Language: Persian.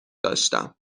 داشتم